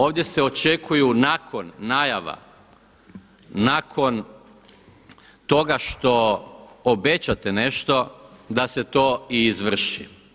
Ovdje se očekuju nakon najava, nakon toga što obećate nešto da se to i izvrši.